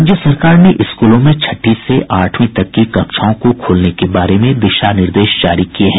राज्य सरकार ने स्कूलों में छठी से आठवीं तक की कक्षाओं को खोलने के बारे में दिशा निर्देश जारी किये हैं